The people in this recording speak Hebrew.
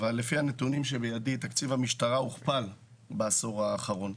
אבל לפי הנתונים שבידי תקציב המשטרה הוכפל בעשור האחרון,